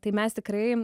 tai mes tikrai